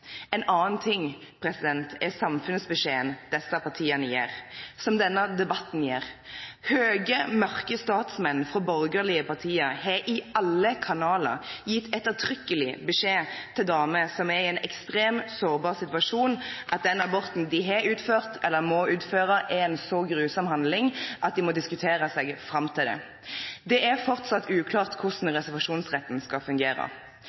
En annen ting er samfunnsbeskjeden disse partiene gir, som denne debatten gir. Høye, mørke statsmenn fra borgerlige partier har i alle kanaler gitt ettertrykkelig beskjed til damer som er i en ekstrem, sårbar situasjon, at den aborten de har utført eller må utføre, er en så grusom handling at de må diskutere seg fram til det. Det er fortsatt uklart hvordan reservasjonsretten skal fungere.